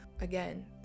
again